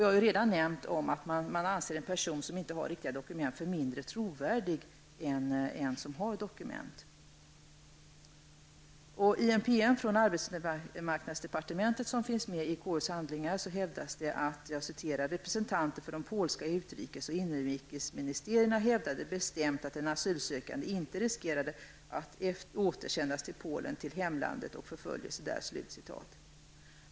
Jag har redan nämnt att man anser en person som inte har riktiga dokument för mindre trovärdig än en person som har dokument. I en PM från arbetsmarknadsdepartementet som finns med i konstitutionsutskottets handlingar sägs följande: ''Representanter för de polska utrikesoch inrikesministerierna hävdade bestämt att en asylsökande inte riskerade att återsändas från Polen till hemlandet och förföljelse där.''